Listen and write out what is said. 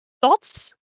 Thoughts